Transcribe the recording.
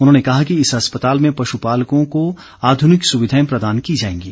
उन्होंने कहा कि इस अस्पताल में पश् पालकों को आध्रनिक सुविधाएं प्रदान की जाएंगी